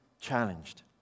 challenged